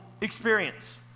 experience